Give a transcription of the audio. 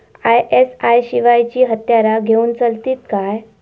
ISI शिवायची हत्यारा घेऊन चलतीत काय?